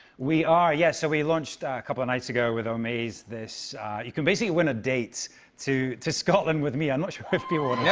we are, yes. so we launched a couple of nights ago with omaze. this you can basically win a date to to scotland with me. i'm not sure if people yeah